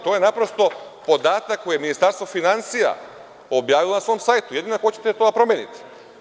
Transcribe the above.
To je naprosto podatak koji je Ministarstvo finansija objavilo na svom sajtu, jedino ako hoćete da to promenite?